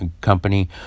company